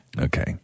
Okay